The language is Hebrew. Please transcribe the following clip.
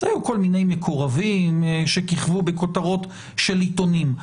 היו כל מיני מקורבים שכיכבו בכותרות של עיתונים.